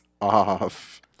off